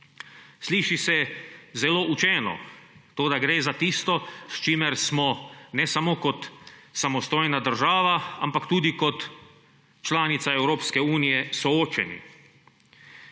Sliši se zelo učeno, toda gre za tisto, s čimer smo ne samo kot samostojna država, ampak tudi kot članica Evropske unije soočeni.